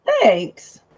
Thanks